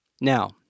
Now